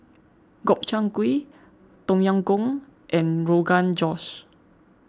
Gobchang Gui Tom Yam Goong and Rogan Josh